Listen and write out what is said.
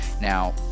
Now